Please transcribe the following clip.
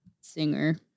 singer